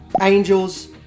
angels